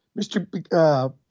Mr